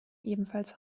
ebenfalls